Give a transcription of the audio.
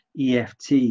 EFT